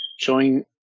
showing